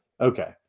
Okay